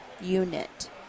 unit